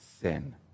sin